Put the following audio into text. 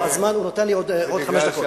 הוא נתן לי עוד חמש דקות.